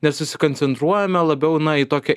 nesusikoncentruojame labiau na į tokią